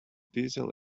diesel